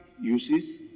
uses